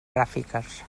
gràfiques